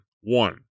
One